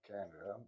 Canada